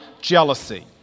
jealousy